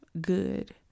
good